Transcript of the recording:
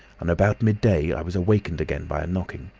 and about midday i was awakened again by a knocking.